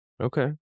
Okay